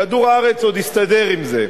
כדור-הארץ עוד הסתדר עם זה.